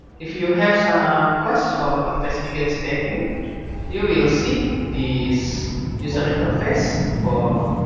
if you have some quest for investigate statue you you will see this user interface for